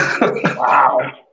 Wow